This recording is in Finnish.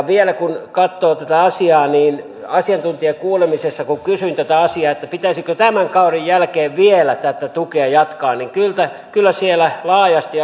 vielä kun katsoo tätä asiaa niin kun asiantuntijakuulemisessa kysyin tätä asiaa että pitäisikö tämän kauden jälkeen vielä tätä tukea jatkaa niin kyllä siellä laajasti